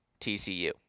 TCU